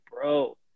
bro